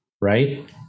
right